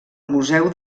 museu